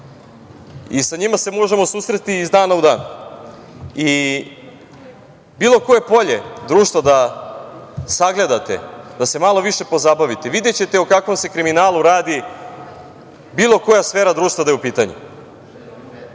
i sa njima se možemo susresti iz dana u dan. Bilo koje polje društva da sagledate, da se malo više pozabavite videćete o kakvom se kriminalu radu, bilo koja sfera društva da je u pitanju. Prosto